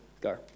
Go